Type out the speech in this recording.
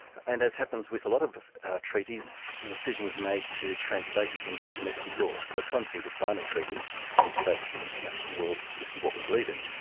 and as happens with a lot of treaties, the decision was made to translate it into domestic law. so it's one thing to sign a treaty and say to the international world this is what we believe in,